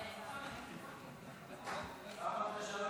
ומשפט